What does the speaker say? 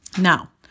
Now